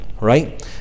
right